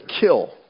kill